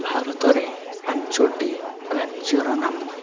ଭାରତରେ ପାଞ୍ଚଟି ରାଜ୍ୟର ନାମ